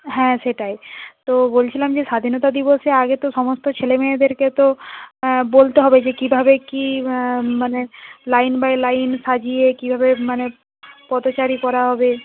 হ্যাঁ সেটাই তো বলছিলাম যে স্বাধীনতা দিবসে আগে তো সমস্ত ছেলেমেয়েদেরকে তো বলতে হবে যে কীভাবে কী মানে লাইন বাই লাইন সাজিয়ে কীভাবে মানে পথচারী করা হবে